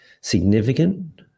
significant